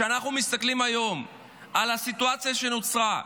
כשאנחנו מסתכלים היום על הסיטואציה שנוצרה,